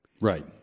Right